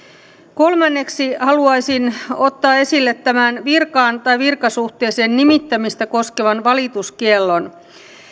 kolmanneksi haluaisin ottaa esille virkaan tai virkasuhteeseen nimittämistä koskevan valituskiellon